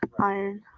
iron